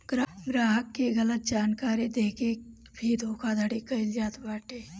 ग्राहक के गलत जानकारी देके के भी धोखाधड़ी कईल जात बाटे